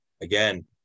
again